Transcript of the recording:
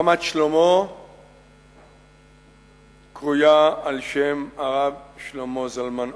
רמת-שלמה קרויה על שם הרב שלמה זלמן אויערבך.